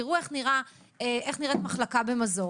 תראו איך נראית מחלקה במזור,